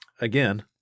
again